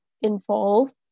involve